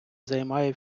займає